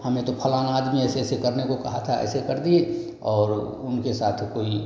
हमें तो फलाँ आदमी ऐसे ऐसे करने को कहा था ऐसे कर दिए और उनके साथ कोई